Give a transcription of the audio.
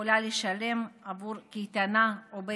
יכולה לשלם עבור קייטנה או בייביסיטר.